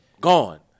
Gone